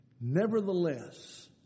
Nevertheless